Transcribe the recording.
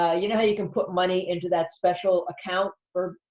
ah you know how you can put money into that special account for